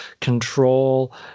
Control